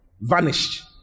vanished